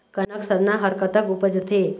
कनक सरना हर कतक उपजथे?